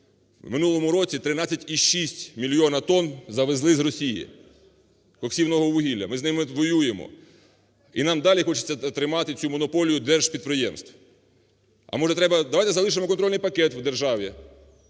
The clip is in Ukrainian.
В минулому році 13,6 мільйона тонн завезли з Росії коксівного вугілля, ми з ними воюємо. І нам далі хочеться тримати цю монополію держпідприємств. А може треба, давайте залишимо контрольний пакет в державі